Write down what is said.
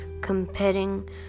competing